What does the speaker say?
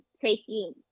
taking